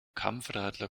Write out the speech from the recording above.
kampfradler